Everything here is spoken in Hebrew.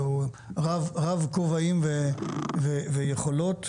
והוא רב כובעים ויכולות,